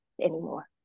anymore